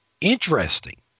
interesting